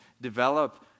develop